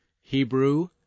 Hebrew